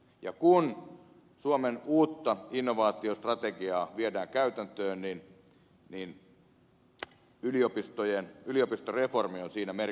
ja kun suomen uutta innovaatiostrategiaa viedään käytäntöön niin yliopistoreformi on siinä merkittävässä osassa